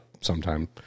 sometime